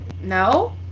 No